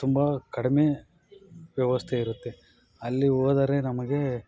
ತುಂಬ ಕಡಿಮೆ ವ್ಯವಸ್ಥೆ ಇರುತ್ತೆ ಅಲ್ಲಿ ಹೋದರೆ ನಮಗೆ